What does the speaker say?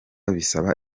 bisaba